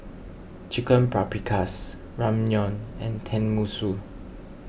Chicken Paprikas Ramyeon and Tenmusu